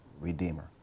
redeemer